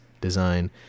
design